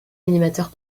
animateur